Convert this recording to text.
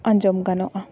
ᱟᱸᱡᱚᱢ ᱜᱟᱱᱚᱜᱼᱟ